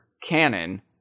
canon